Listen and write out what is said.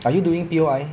are you doing P_O_I